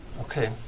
Okay